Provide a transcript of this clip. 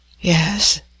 Yes